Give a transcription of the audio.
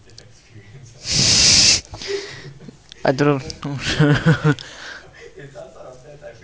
I don't know